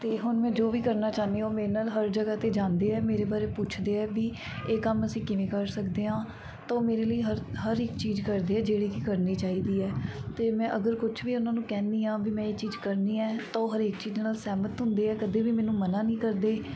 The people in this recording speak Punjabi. ਅਤੇ ਹੁਣ ਮੈਂ ਜੋ ਵੀ ਕਰਨਾ ਚਾਹੁੰਦੀ ਹਾਂ ਉਹ ਮੇਰੇ ਨਾਲ ਹਰ ਜਗ੍ਹਾ 'ਤੇ ਜਾਂਦੇ ਹੈ ਮੇਰੇ ਬਾਰੇ ਪੁੱਛਦੇ ਆ ਵੀ ਇਹ ਕੰਮ ਅਸੀਂ ਕਿਵੇਂ ਕਰ ਸਕਦੇ ਹਾਂ ਤਾਂ ਉਹ ਮੇਰੇ ਲਈ ਹਰ ਹਰ ਇੱਕ ਚੀਜ਼ ਕਰਦੇ ਆ ਜਿਹੜੀ ਕਿ ਕਰਨੀ ਚਾਹੀਦੀ ਹੈ ਅਤੇ ਮੈਂ ਅਗਰ ਕੁਛ ਵੀ ਉਹਨਾਂ ਨੂੰ ਕਹਿੰਦੀ ਹਾਂ ਵੀ ਮੈਂ ਇਹ ਚੀਜ਼ ਕਰਨੀ ਆ ਤਾਂ ਉਹ ਹਰੇਕ ਚੀਜ਼ ਨਾਲ ਸਹਿਮਤ ਹੁੰਦੇ ਆ ਕਦੇ ਵੀ ਮੈਨੂੰ ਮਨਾ ਨਹੀਂ ਕਰਦੇ